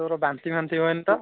ତୋର ବାନ୍ତିଫାନ୍ତି ହୁଏନି ତ